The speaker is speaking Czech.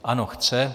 Ano, chce.